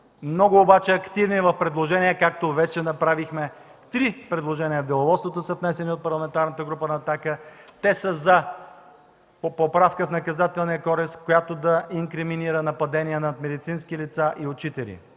много активни в предложения, както вече направихме три предложения, внесени в Деловодството от Парламентарната група на „Атака”. Те са за поправка в Наказателния кодекс, която да инкриминира нападение над медицински лица и учители.